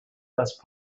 best